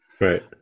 Right